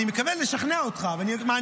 אני מקווה לשכנע אותך, ואני